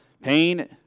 pain